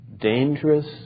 dangerous